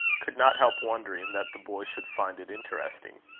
could not help wondering that the boy should find it interesting.